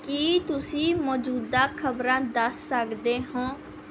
ਕੀ ਤੁਸੀਂ ਮੌਜੂਦਾ ਖ਼ਬਰਾਂ ਦੱਸ ਸਕਦੇ ਹੋ